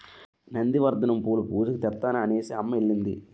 నంది వర్ధనం పూలు పూజకి తెత్తాను అనేసిఅమ్మ ఎల్లింది